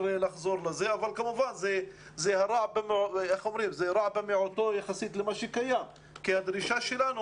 לחזור לזה אבל כמובן זה הרע במיעוטו יחסית למה שקיים כי הדרישה שלנו